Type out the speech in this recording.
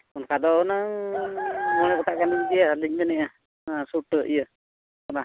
ᱚᱱᱠᱟ ᱫᱚ ᱦᱩᱱᱟᱹᱝ ᱢᱚᱬᱮ ᱜᱚᱴᱟᱝ ᱜᱟᱱᱤᱧ ᱤᱫᱤᱭᱟ ᱟᱹᱞᱤᱧ ᱢᱮᱱᱮᱫᱼᱟ ᱚᱱᱟ ᱥᱩᱴ ᱤᱭᱟᱹ ᱚᱱᱟ